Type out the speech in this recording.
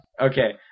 Okay